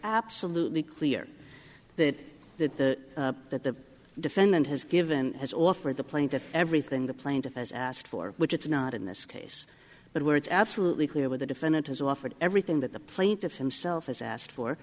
absolutely clear that that the that the defendant has given has offered the plaintiff everything the plaintiff has asked for which it's not in this case but where it's absolutely clear where the defendant has offered everything that the plaintiff himself has asked for